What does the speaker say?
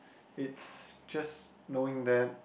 it's just knowing them